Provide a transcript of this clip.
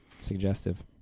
Suggestive